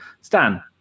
Stan